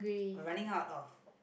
we're running out of